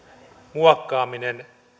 muokkaamista